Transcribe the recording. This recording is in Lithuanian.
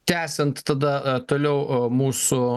tęsiant tada toliau mūsų